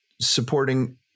supporting